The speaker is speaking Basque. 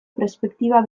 perspektiba